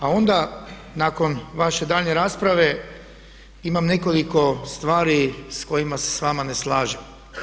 A onda nakon vaše daljnje rasprave imam nekoliko stvari s kojima se s vama ne slažem.